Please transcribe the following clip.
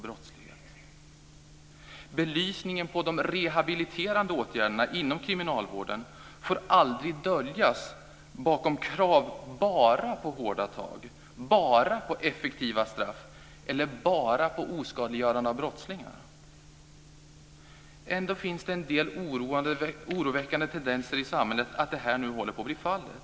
Belysningen på de rehabiliterande åtgärderna inom kriminalvården får aldrig döljas bakom krav bara på hårda tag, bara på effektiva straff eller bara på oskadliggörande av brottslingarna. Ändå finns det en del oroväckande tendenser i samhället att detta nu håller på att bli fallet.